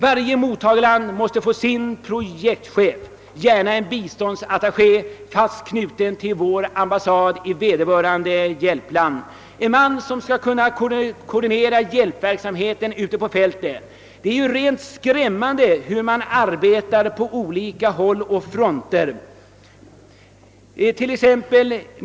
Varje mottagarland måste få sin projektchef, gärna en biståndsattaché som är fast knuten till vår ambassad i vederbörande hjälpland, en man som skall kunna koordinera hjälpverksamheten ute på fältet. Det är rent skrämmande att se hur man nu arbetar på olika håll.